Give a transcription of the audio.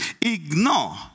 ignore